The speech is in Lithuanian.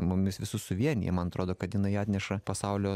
mumis visus suvienija man atrodo kad jinai atneša pasaulio